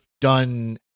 done